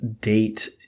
date